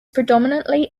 predominantly